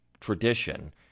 tradition